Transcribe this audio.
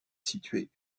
située